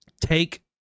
take